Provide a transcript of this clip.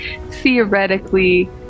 theoretically